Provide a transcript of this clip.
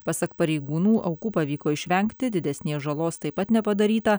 pasak pareigūnų aukų pavyko išvengti didesnės žalos taip pat nepadaryta